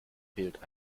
fehlt